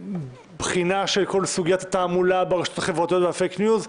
בחינה של כל סוגיית התעמולה ברשתות החברתיות והפייק ניוז,